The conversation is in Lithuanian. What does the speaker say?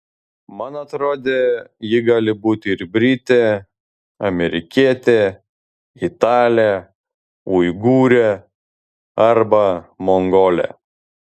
man atrodė ji gali būti ir britė amerikietė italė uigūrė arba mongolė